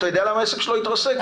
אתה יודע למה העסק שלו התרסק?